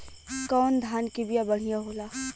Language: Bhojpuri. कौन धान के बिया बढ़ियां होला?